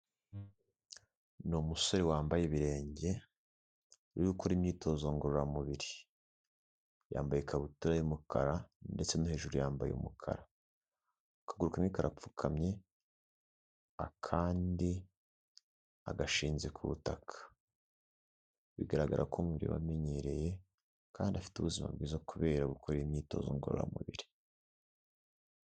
Ni umusore wambaye ibirenge uri gukora imyitozo ngororamubiri, yambaye ikabutura y'umukara ndetse no hejuru yambaye umukara. Akaguru kamwe karapfukamye akandi agashinze ku butaka bigaragara ko umubiri wamenyereye, kandi afite ubuzima bwiza kubera gukora imyitozo ngororamubiri.